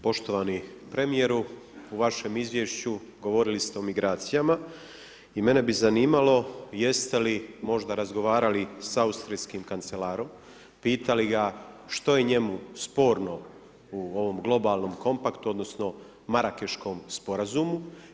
Poštovani premijeru, u vašem izvješću govorili ste o migracijama i mene bi zanimalo jeste li možda razgovarali sa austrijskim kancelarom, pitali ga što je njemu sporno u ovom globalnom kompaktu odnosno Marakeškom sporazumu?